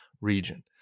region